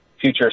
future